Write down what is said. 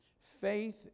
Faith